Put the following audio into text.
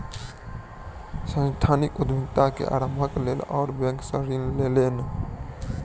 सांस्थानिक उद्यमिता के आरम्भक लेल ओ बैंक सॅ ऋण लेलैन